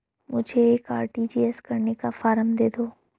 मुझे एक आर.टी.जी.एस करने का फारम दे दो?